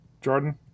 Jordan